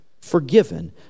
forgiven